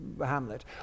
Hamlet